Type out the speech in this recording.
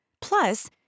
Plus